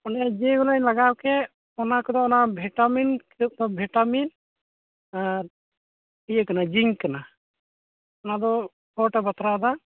ᱚᱱᱮ ᱡᱮ ᱦᱤᱞᱳᱜ ᱤᱧ ᱞᱟᱜᱟᱣ ᱠᱮᱫ ᱚᱱᱟ ᱠᱚᱫᱚ ᱚᱱᱟ ᱵᱷᱤᱴᱟᱢᱤᱱ ᱵᱷᱤᱴᱟᱢᱤᱱ ᱟᱨ ᱤᱭᱟᱹ ᱠᱟᱱᱟ ᱡᱤᱝᱠ ᱠᱟᱱᱟ ᱚᱱᱟᱫᱚ ᱯᱚᱴᱮ ᱵᱟᱛᱨᱟᱣ ᱮᱫᱟ